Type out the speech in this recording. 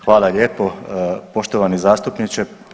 Hvala lijepo poštovani zastupniče.